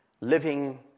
living